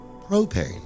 Propane